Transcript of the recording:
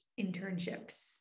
internships